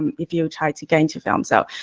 um if you try to get into film. so,